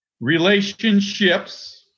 Relationships